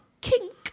kink